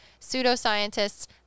pseudoscientists